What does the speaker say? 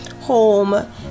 home